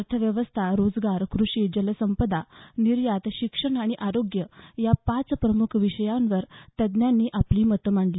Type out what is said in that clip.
अर्थव्यवस्था रोजगार कृषी जलसंपदा निर्यात शिक्षण आणि आरोग्य या पाच प्रमुख विषयांवर तज्ञांनी आपली मतं मांडली